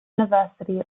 university